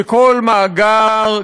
שכל מאגר,